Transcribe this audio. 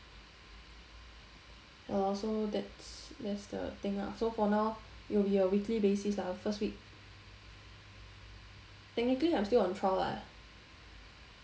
ya lor so that's that's the thing lah so for now it'll be a weekly basis lah first week technically I'm still on trial lah